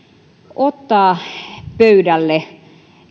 ottaa pöydälle